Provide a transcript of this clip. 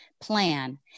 plan